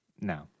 No